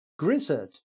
Grizzard